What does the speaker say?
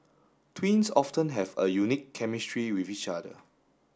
twins often have a unique chemistry with each other